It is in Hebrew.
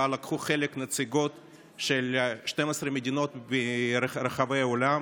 שבה לקחו חלק נציגות של 12 מדינות ברחבי העולם.